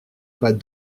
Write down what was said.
pas